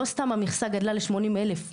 לא סתם המכסה גדלה לשמונים אלף.